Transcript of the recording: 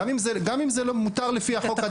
גם אם זה מותר עדיין לפי החוק.